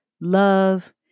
love